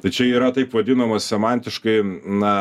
tai čia yra taip vadinamas semantiškai na